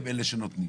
הם אלה שנותנים.